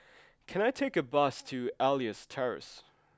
can I take a bus to Elias Terrace